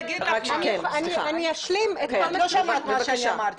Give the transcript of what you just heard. את לא שמעת מה שאני אמרתי.